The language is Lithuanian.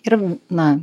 ir na